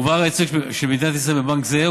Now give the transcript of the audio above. הועבר הייצוג של מדינת ישראל בבנק זה,